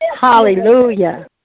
hallelujah